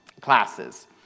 classes